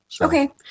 Okay